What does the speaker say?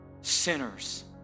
Sinners